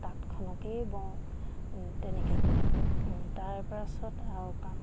তাঁতখনকেই বওঁ তেনেকৈ কৰি তাৰপাছত আৰু কাম